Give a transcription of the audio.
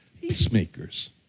Peacemakers